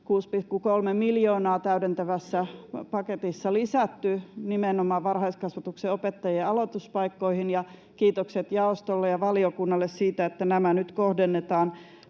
6,3 miljoonaa täydentävässä paketissa lisätty nimenomaan varhaiskasvatuksen opettajien aloituspaikkoihin, ja kiitokset jaostolle ja valiokunnalle siitä, että nämä nyt kohdennetaan